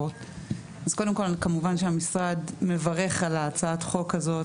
קודם כל כמובן שהמשרד מברך על הצעת החוק הזאת,